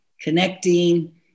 connecting